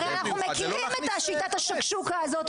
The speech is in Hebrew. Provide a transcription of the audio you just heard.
הרי אנחנו מכירים את שיטת השקשוקה הזאת,